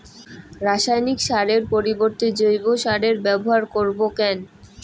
রাসায়নিক সারের পরিবর্তে জৈব সারের ব্যবহার করব কেন?